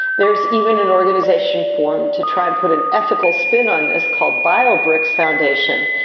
there's even an organisation formed to try and put an ethical spin on this called biobricks foundation,